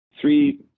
three